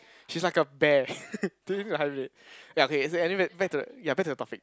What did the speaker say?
she's like a bear need to hibernate ya okay is anyway back to the ya back to the topic